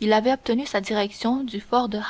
il avait obtenu la direction du fort de